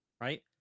Right